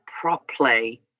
properly